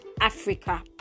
Africa